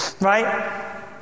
Right